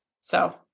So-